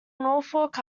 norfolk